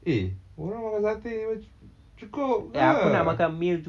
eh orang makan satay ni mac~ cukup ke